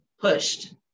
pushed